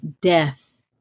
death